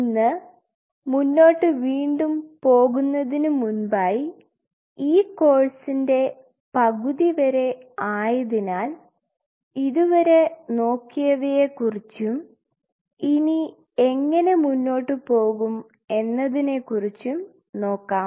ഇന്ന് മുന്നോട്ട് വീണ്ടും പോകുന്നതിന് മുൻപായി ഈ കോഴ്സിന്റെ പകുതി വരെ ആയതിനാൽ ഇതുവരെ നോക്കിയവയെക്കുറിച്ചും ഇനി എങ്ങനെ മുന്നോട്ട് പോകും എന്നന്നതിനെക്കുറിച്ചും നോക്കാം